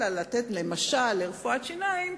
אלא לתת למשל לרפואת שיניים,